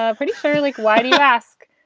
ah pretty clear. like, why do you ask?